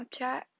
Snapchat